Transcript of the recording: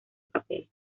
papel